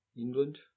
England